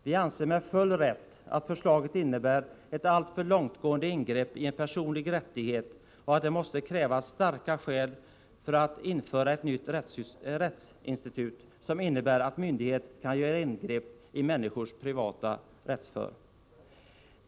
Vi anser med full rätt att förslaget innebär ett alltför långtgående ingrepp i en personlig rättighet och att det måste krävas starka skäl för att införa ett nytt rättsinstitut, som innebär att myndighet kan göra ingrepp i människors privata rättssfär.